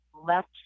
left